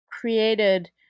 created